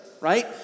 right